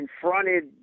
confronted